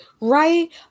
Right